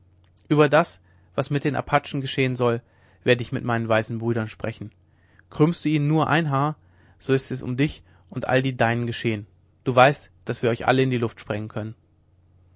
ueber das was mit den apachen geschehen soll werde ich mit meinen weißen brüdern sprechen krümmst du ihnen nur ein haar so ist es um dich und all die deinen geschehen du weißt daß wir euch alle in die luft sprengen können